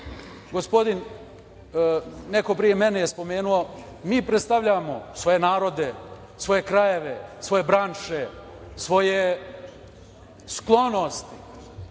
uloga. Neko pre mene spomenuo je - mi predstavljamo svoje narode, svoje krajeve, svoje branše, svoju sklonost,